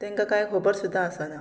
तांकां कांय खबर सुद्दां आसना